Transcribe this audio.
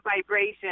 vibration